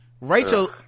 rachel